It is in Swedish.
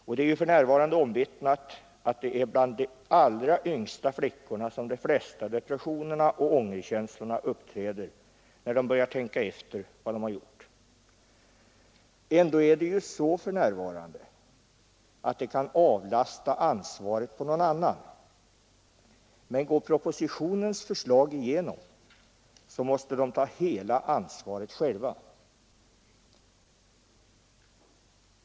Och det är ju för närvarande omvittnat att det främst är bland de allra yngsta flickorna som depressionerna och ångerkänslorna uppträder när de börjar tänka efter vad de har gjort. Ändå är det för närvarande så att de kan avlasta ansvaret på någon annan. Men går propositionens förslag igenom måste de ta hela ansvaret själva.